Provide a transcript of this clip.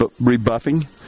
rebuffing